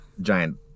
giant